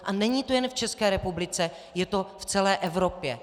A není to jen v České republice, je to v celé Evropě.